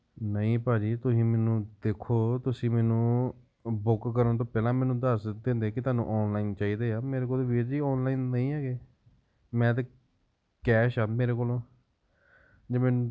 ਨਹੀਂ ਭਾਅ ਜੀ ਤੁਸੀਂ ਮੈਨੂੰ ਦੇਖੋ ਤੁਸੀਂ ਮੈਨੂੰ ਬੁੱਕ ਕਰਨ ਤੋਂ ਪਹਿਲਾਂ ਮੈਨੂੰ ਦੱਸ ਤਾਂ ਦਿੰਦੇ ਕਿ ਤੁਹਾਨੂੰ ਔਨਲਾਈਨ ਚਾਹੀਦੇ ਆ ਮੇਰੇ ਕੋਲ ਤਾਂ ਵੀਰ ਜੀ ਔਨਲਾਈਨ ਨਹੀਂ ਹੈਗੇ ਮੈਂ ਤਾਂ ਕੈਸ਼ ਆ ਮੇਰੇ ਕੋਲੋਂ ਜੇ ਮੈਨੂੰ